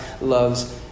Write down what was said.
loves